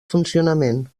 funcionament